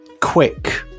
quick